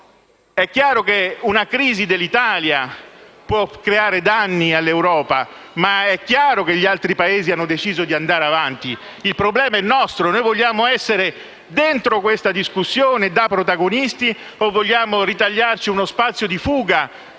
È chiaro che una crisi dell'Italia può creare danni all'Europa, ma altrettanto lo è che gli altri Paesi hanno deciso di andare avanti. Il problema è nostro: vogliamo essere dentro questa discussione da protagonisti o vogliamo ritagliarci uno spazio di fuga